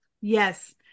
yes